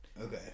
Okay